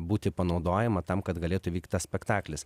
būti panaudojama tam kad galėtų įvykt tas spektaklis